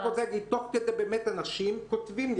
תוך כדי הישיבה אנשים כותבים לי.